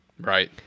Right